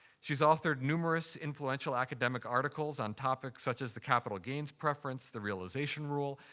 she's authored numerous influential academic articles on topics such as the capital gains preference, the realization rule,